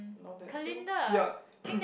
not that so ya